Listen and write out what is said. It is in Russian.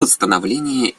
восстановлении